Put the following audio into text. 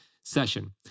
session